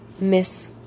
miss